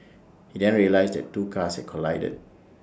he then realised that two cars had collided